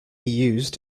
used